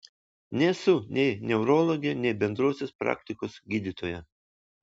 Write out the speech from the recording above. nesu nei neurologė nei bendrosios praktikos gydytoja